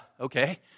okay